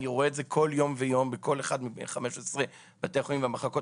אני רואה את זה כל יום ויום בכל אחד מ-15 בתי החולים והמחלקות